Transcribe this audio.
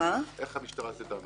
איך המשטרה תדע מזה?